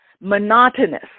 monotonous